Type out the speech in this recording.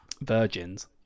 Virgins